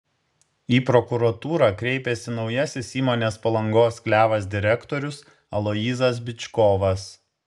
į prokuratūrą kreipėsi naujasis įmonės palangos klevas direktorius aloyzas byčkovas